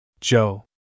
Joe